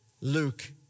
Luke